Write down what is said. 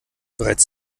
bereits